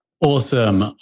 Awesome